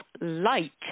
Light